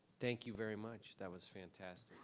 thank you very much, that was fantastic.